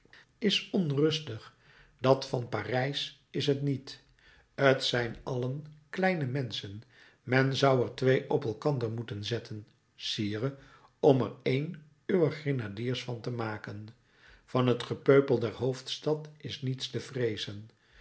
is onrustig dat van parijs is t niet t zijn allen kleine menschen men zou er twee op elkander moeten zetten sire om er één uwer grenadiers van te maken van het gepeupel der hoofdstad is niets te vreezen